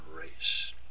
race